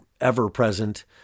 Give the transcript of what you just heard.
ever-present